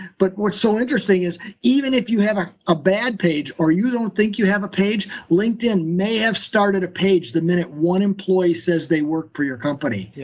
but what's so interesting is even if you have a bad page, or you don't think you have a page, linkedin may have started the page the minute one employee says they work for your company. yeah